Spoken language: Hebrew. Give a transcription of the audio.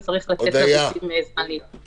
ולכן צריך לתת לגופים זמן להתארגן.